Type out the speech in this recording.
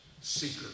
seeker